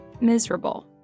miserable